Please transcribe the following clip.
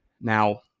Now